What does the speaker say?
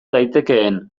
daitekeen